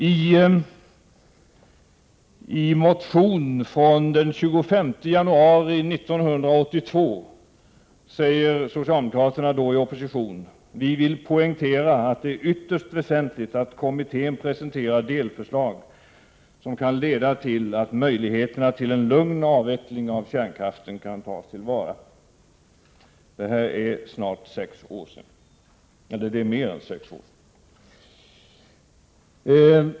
I en motion från den 25 januari 1982 säger socialdemokraterna, då i opposition: ”Vi vill poängtera att det är ytterst väsentligt att kommittén presenterar ett delförslag som kan leda till att möjligheterna till en lugn avveckling av kärnkraften kan tas till vara.” Detta skrevs för mer än sex år sedan.